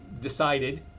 decided